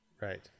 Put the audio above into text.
right